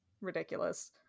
ridiculous